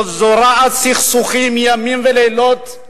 שזורעת סכסוכים ימים ולילות,